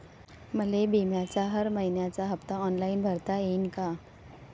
मले बिम्याचा हर मइन्याचा हप्ता ऑनलाईन भरता यीन का?